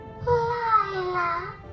Lila